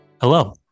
Hello